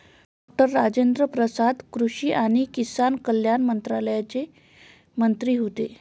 doctor Rajendra Prasad कृषी आणि किसान कल्याण मंत्रालयाचे मंत्री होते